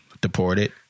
Deported